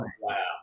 wow